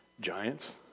Giants